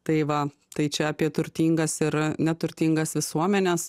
tai va tai čia apie turtingas ir a neturtingas visuomenes